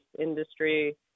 industry